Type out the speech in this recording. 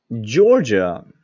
Georgia